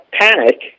panic